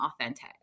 authentic